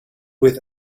with